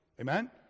Amen